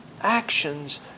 Actions